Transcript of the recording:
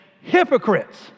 hypocrites